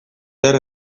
zer